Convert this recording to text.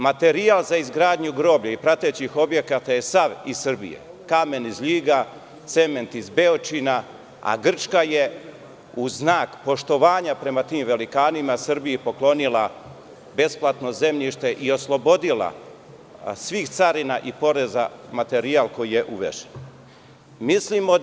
Materijal za izgradnju groblja i pratećih objekata je sav iz Srbije, kamen iz Ljiga, cement iz Beočina, a Grčka je u znak poštovanja prema tim velikanima Srbiji poklonila besplatno zemljište i oslobodila svih carina i poreza na materijal koji je uvezen.